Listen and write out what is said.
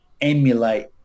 emulate